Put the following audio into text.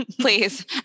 Please